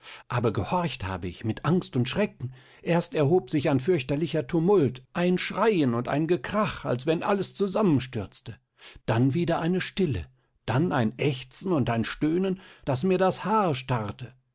aber gehorcht habe ich mit angst und schrecken erst erhob sich ein fürchterlicher tumult ein schreien und ein gekrach als wenn alles zusammenstürzte dann wieder eine stille dann ein ächzen und ein stöhnen daß mir das haar starrte